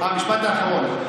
משפט אחרון.